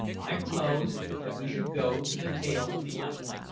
i propose that we should go to the tail of the island,